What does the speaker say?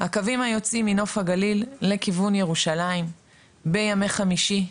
הקווים היוצאים מנוף הגליל לכיוון ירושלים בימי חמישי,